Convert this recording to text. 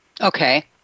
Okay